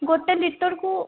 ଗୋଟେ ଲିଟରକୁ